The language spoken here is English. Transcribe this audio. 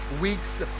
weeks